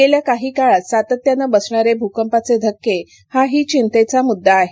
गेल्या काही काळात सातत्यानं बसणारे भूकंपाचे धक्के हा ही चिंतेचा मुद्दा आहे